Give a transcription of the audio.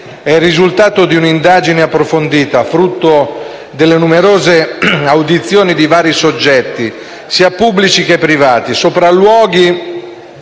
è il risultato di un'indagine approfondita, frutto delle numerose audizioni di vari soggetti, sia pubblici sia privati, dei sopralluoghi